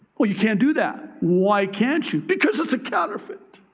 well, you can't do that. why can't you? because it's a counterfeit.